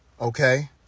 okay